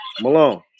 Malone